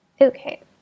okay